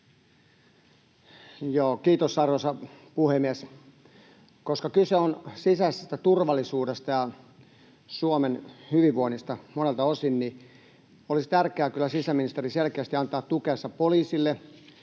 Kiitos, arvoisa puhemies! Koska kyse on sisäisestä turvallisuudesta ja Suomen hyvinvoinnista monelta osin, niin olisi kyllä tärkeää sisäministerin selkeästi antaa tukensa poliisille